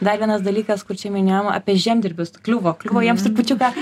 dar vienas dalykas kur čia minėjom apie žemdirbius kliuvo kliuvo jiems trupučiuką